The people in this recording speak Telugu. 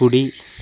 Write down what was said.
కుడి